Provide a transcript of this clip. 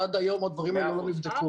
עד היום הדברים האלה לא נבדקו.